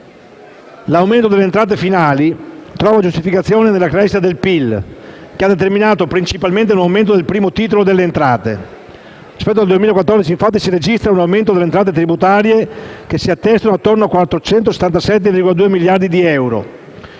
L'aumento delle entrate finali trova giustificazione nella crescita del PIL che ha determinato principalmente un aumento del primo titolo delle entrate. Rispetto al 2014, infatti, si registrano un aumento delle entrate tributarie (che si attestano intorno ai 477,2 miliardi di euro)